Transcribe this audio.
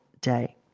day